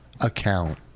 Account